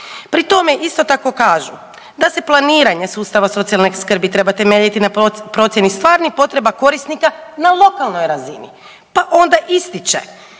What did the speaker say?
Pri tome, isto tako kažu da se planiranje sustava socijalne skrbi treba temeljiti na procjeni stvarnih potreba korisnika na lokalnoj razini, pa onda ističe